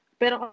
pero